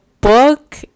book